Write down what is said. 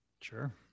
Sure